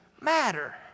matter